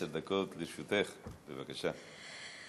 עשר דקות לרשותך, בבקשה.